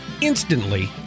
instantly